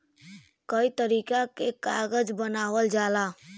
कई तरीका के कागज बनावल जाला